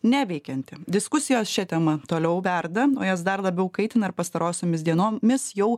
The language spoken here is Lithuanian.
neveikianti diskusijos šia tema toliau verda o jas dar labiau kaitina ir pastarosiomis dienomis jau